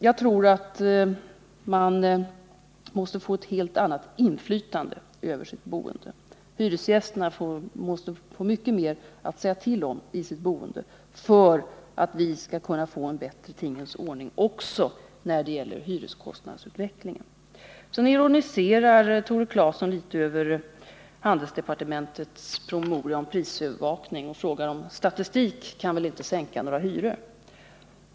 Jag tror också att hyresgästerna måste få ett helt annat inflytande över sitt boende, att de måste få mycket mer att säga till om för att vi skall kunna få en bättre tingens ordning även när det gäller hyreskostnadsutvecklingen. Tore Claeson ironiserar litet över handelsdepartementets promemoria om prisövervakning. Statistik kan väl inte sänka några hyror, säger han.